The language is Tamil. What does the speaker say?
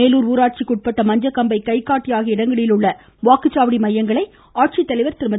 மேலூர் ஊராட்சிக்கு உட்பட்ட மஞ்சக்கம்பை கைகாட்டி ஆகிய இடங்களில் உள்ள வாக்குச்சாவடி மையங்களை ஆட்சித்தலைவர் திருமதி